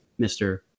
Mr